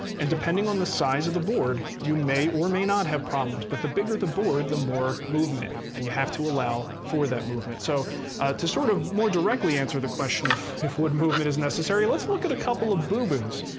and depending on the size of the board, you may or may not have problems, but the bigger the board the more movement, and you have to allow for that movement. so to sort of more directly answer the question of if wood movement is necessary, let's look at a couple of boo-boos.